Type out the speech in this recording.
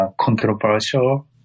controversial